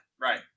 right